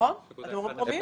זה פרומיל.